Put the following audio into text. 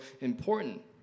important